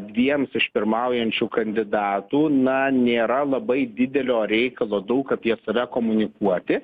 dviems iš pirmaujančių kandidatų na nėra labai didelio reikalo daug apie save komunikuoti